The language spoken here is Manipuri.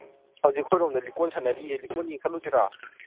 ꯍꯧꯖꯤꯛ ꯑꯩꯈꯣꯏꯔꯣꯝꯗ ꯂꯤꯀꯣꯟ ꯁꯥꯟꯅꯔꯤꯌꯦ ꯂꯤꯀꯣꯟ ꯌꯦꯡꯕ ꯆꯠꯂꯨꯁꯤꯔꯣ